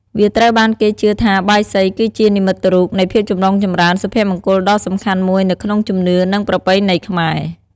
វាត្រូវបានគេជឿថាបាយសីគឺជា និមិត្តរូប នៃភាពចម្រុងចម្រើន សុភមង្គលដ៏សំខាន់មួយនៅក្នុងជំនឿ និងប្រពៃណីខ្មែរ។